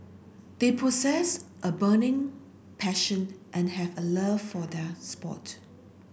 they possess a burning passion and have a love for their sport